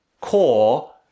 core